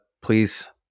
please